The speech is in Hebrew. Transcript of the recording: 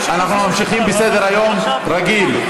אנחנו ממשיכים בסדר-היום הרגיל.